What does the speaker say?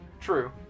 True